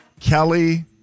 Kelly